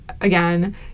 again